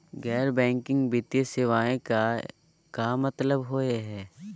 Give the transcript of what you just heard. गैर बैंकिंग वित्तीय सेवाएं के का मतलब होई हे?